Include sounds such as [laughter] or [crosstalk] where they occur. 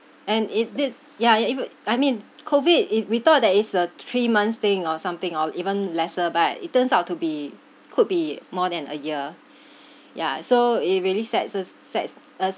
and it did yeah it it would I mean COVID it if we thought that is a three months thing or something or even lesser but it turns out to be could be more than a year [breath] yeah so it really sets us sets us